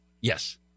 Yes